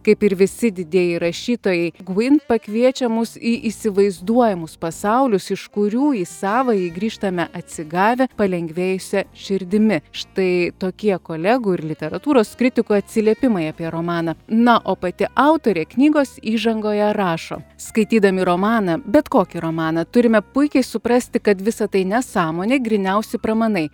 kaip ir visi didieji rašytojai gvin pakviečia mus į įsivaizduojamus pasaulius iš kurių į savąjį grįžtame atsigavę palengvėjusia širdimi štai tokie kolegų ir literatūros kritikų atsiliepimai apie romaną na o pati autorė knygos įžangoje rašo skaitydami romaną bet kokį romaną turime puikiai suprasti kad visa tai nesąmonė gryniausi pramanai